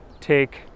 take